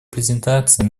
презентации